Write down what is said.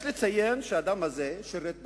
יש לציין שהאדם הזה שירת בצה"ל,